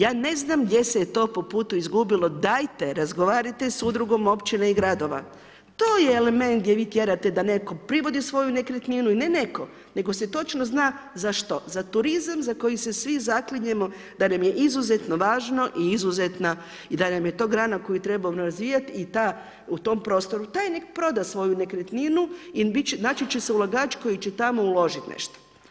Ja ne znam gdje se to po putu izgubilo, dajte razgovarajte sa Udrugom općine i gradova, to je element gdje vi tjerate da netko privodi svoju nekretninu, ne netko nego se točno zna za što, za turizam za koji se svi zaklinjemo da nam je izuzetno važno i izuzetna i da nam je to grana koju trebamo razvijati i ta, u tom prostoru, taj neka proda svoju nekretninu i naći će se ulagač koji će tamo uložiti nešto.